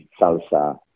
salsa